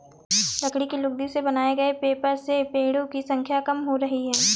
लकड़ी की लुगदी से बनाए गए पेपर से पेङो की संख्या कम हो रही है